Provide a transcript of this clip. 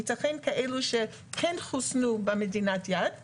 יש כאלו שהתחסנו במדינת היעד ואז,